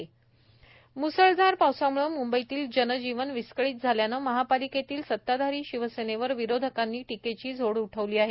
म्सळधार पाऊस म्सळधार पावसाम्ळं म्ंबईतील जनजीवन विस्कळीत झाल्यानं महापालिकेतील सत्ताधारी शिवसेनेवर विरोधकांनी टीकेची झोड उठवली आहे